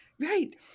Right